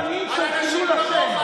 אתה הפנים של חילול השם.